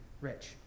rich